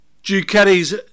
Ducati's